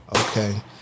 Okay